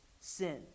Sin